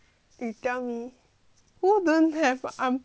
who don't have armpit hair 你告诉我